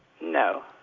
No